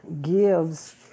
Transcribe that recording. gives